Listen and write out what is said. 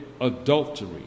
adultery